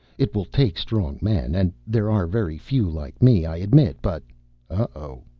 it will take strong men, and there are very few like me, i admit, but oh,